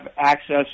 access